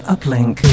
Uplink